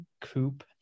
coupe